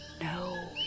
no